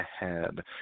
ahead